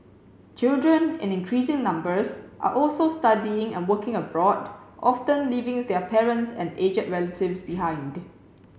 children in increasing numbers are also studying and working abroad often leaving their parents and aged relatives behind